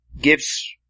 gives